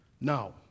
Now